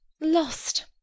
Lost